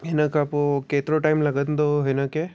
हिन खां पोइ केतिरो टाइम लॻंदो हिन खे